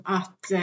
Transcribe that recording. att